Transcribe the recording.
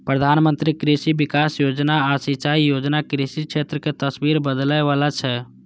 प्रधानमंत्री कृषि विकास योजना आ सिंचाई योजना कृषि क्षेत्र के तस्वीर बदलै बला छै